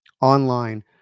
online